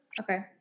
Okay